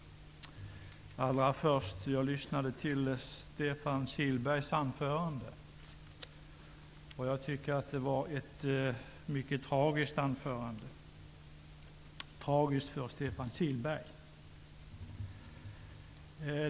Herr talman! Låt mig säga allra först att jag lyssnade till Stefan Kihlbergs anförande. Jag tycker att det var ett mycket tragiskt anförande. Det var tragiskt för Stefan Kihlberg.